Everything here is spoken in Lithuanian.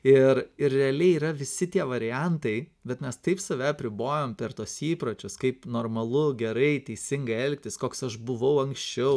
ir ir realiai yra visi tie variantai bet mes taip save apribojam per tuos įpročius kaip normalu gerai teisingai elgtis koks aš buvau anksčiau